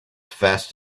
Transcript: fast